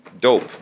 dope